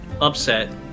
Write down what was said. upset